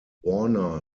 warner